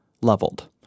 leveled